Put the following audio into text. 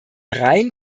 rein